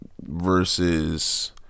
versus